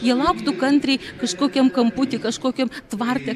jie lauktų kantriai kažkokiam kamputy kažkokiam tvarte